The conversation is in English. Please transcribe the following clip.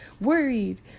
worried